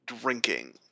drinking